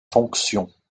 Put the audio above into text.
fonctions